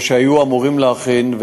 או שהיו אמורים להכין,